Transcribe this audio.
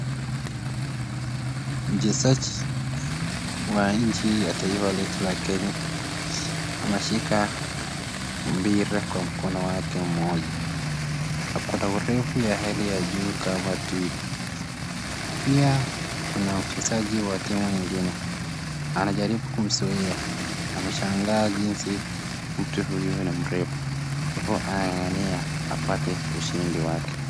Mchezaji wa nchi wa taifa letu la kenya, ameshika mpira kwa mkono wake mmoja, ako na urefu ya hali ya juu kama twiga. Pia kuna wachezaji wa timu ingine, anajaribu kumzuia ameshangaa njinsi mtu huyu anaurefu, hivyo anangangania apate ushindi wake.